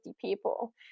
people